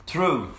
True